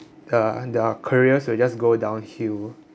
uh the careers will just go downhill